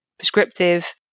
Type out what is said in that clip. prescriptive